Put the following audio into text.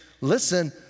Listen